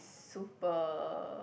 super